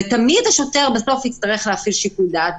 ותמיד השוטר יצטרך להפעיל בסוף את שיקול דעתו.